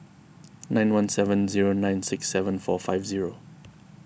nine one seven zero nine six seven four five zero